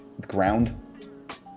ground